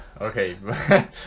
Okay